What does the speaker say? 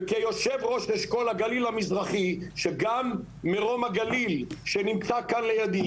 וכיושב ראש האשכול הגליל המזרחי שגם מרום הגליל שנמצא כאן לידי,